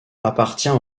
appartient